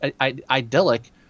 idyllic